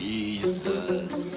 Jesus